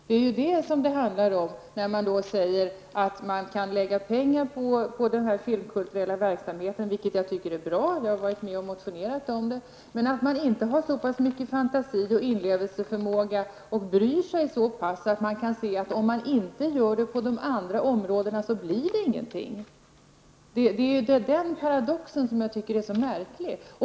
Det är detta det handlar om när man säger att man kan lägga pengar på den filmkulturella verksamheten -- vilket jag tycker är bra, och jag har själv varit med om att motionera om det -- men inte har så mycket fantasi och inlevelseförmåga och bryr sig så pass att man kan se att om man inte gör det på det andra områdena så blir det ingenting. Den paradoxen tycker jag är märklig.